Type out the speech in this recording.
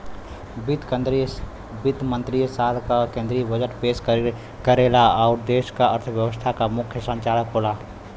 वित्त मंत्री साल क केंद्रीय बजट पेश करेला आउर देश क अर्थव्यवस्था क मुख्य संचालक होला